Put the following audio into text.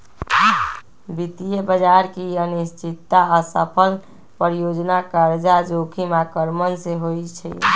वित्तीय बजार की अनिश्चितता, असफल परियोजना, कर्जा जोखिम आक्रमण से होइ छइ